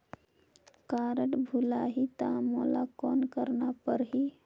Card भुलाही ता मोला कौन करना परही?